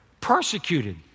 persecuted